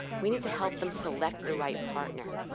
we need to help them select the right partner.